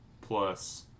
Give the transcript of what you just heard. plus